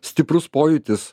stiprus pojūtis